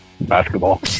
Basketball